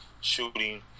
shooting